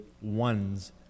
ones